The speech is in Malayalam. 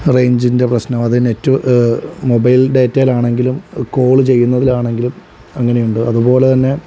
റേഞ്ചിൻ്റെ പ്രശ്നം അതെ നെറ്റ് മൊബൈൽ ഡാറ്റയിൽ ആണെങ്കിലും കോൾ ചെയ്യുന്നതിലാണെങ്കിലും അങ്ങനെയുണ്ട് അതുപോലെ തന്നെ